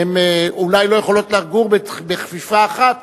והן אולי לא יכולות לגור בכפיפה אחת,